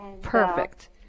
Perfect